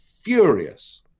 furious